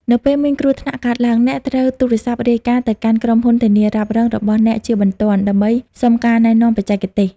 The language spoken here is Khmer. នៅពេលមានគ្រោះថ្នាក់កើតឡើង អ្នកត្រូវ ទូរស័ព្ទរាយការណ៍ ទៅកាន់ក្រុមហ៊ុនធានារ៉ាប់រងរបស់អ្នកជាបន្ទាន់ ដើម្បីសុំការណែនាំបច្ចេកទេស។